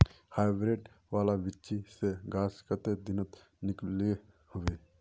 Hybrid वाला बिच्ची से गाछ कते दिनोत निकलो होबे?